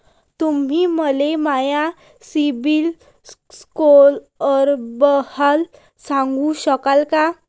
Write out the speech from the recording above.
तुम्ही मले माया सीबील स्कोअरबद्दल सांगू शकाल का?